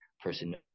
person